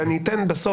ואני אתן בסוף.